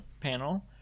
panel